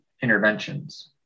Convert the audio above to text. interventions